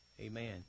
Amen